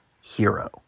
hero